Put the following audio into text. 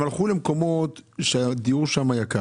זה שהם הלכו למקומות שהדיור שם יקר.